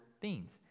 Beans